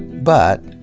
but,